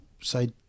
say